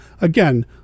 Again